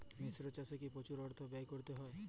মিশ্র চাষে কি প্রচুর অর্থ ব্যয় করতে হয়?